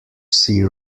see